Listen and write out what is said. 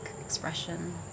expression